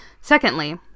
Secondly